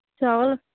चावल